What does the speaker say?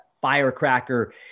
firecracker